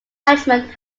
management